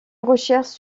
recherches